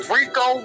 Rico